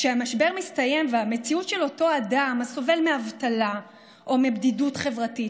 כשהמשבר מסתיים והמציאות של אותו אדם הסובל מאבטלה או מבדידות חברתית,